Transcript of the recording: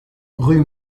rue